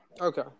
Okay